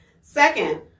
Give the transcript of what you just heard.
Second